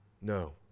No